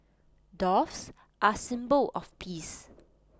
doves are symbol of peace